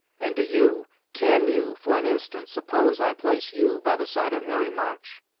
and do you can you, for an instant, suppose i place you by the side of harry march?